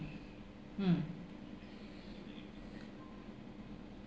mm